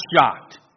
shocked